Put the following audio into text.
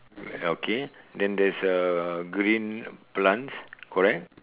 okay then there's uh green plants correct